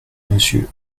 monsieur